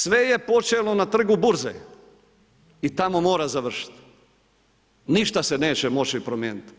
Sve je počelo na Trgu burze i tamo mora završiti, ništa se neće moći promijeniti.